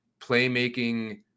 playmaking